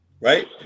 right